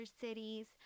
cities